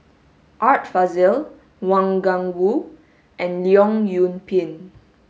Art Fazil Wang Gungwu and Leong Yoon Pin